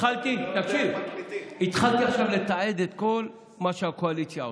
התחלתי עכשיו לתעד את כל מה שהקואליציה עושה.